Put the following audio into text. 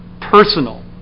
personal